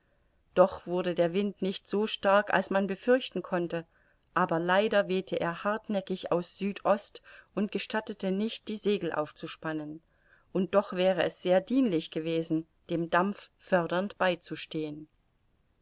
doch wurde der wind nicht so stark als man befürchten konnte aber leider wehte er hartnäckig aus südost und gestattete nicht die segel aufzuspannen und doch wäre es sehr dienlich gewesen dem dampf fördernd beizustehen